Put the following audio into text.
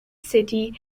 city